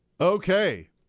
Okay